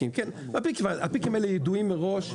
הפיקים האלה ידועים מראש,